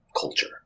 culture